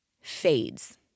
fades